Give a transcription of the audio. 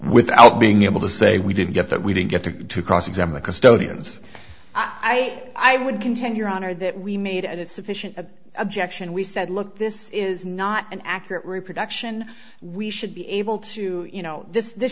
without being able to say we didn't get that we didn't get to get to cross examine the custodians i i would contend your honor that we made it sufficient objection we said look this is not an accurate reproduction we should be able to you know this this